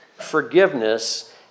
forgiveness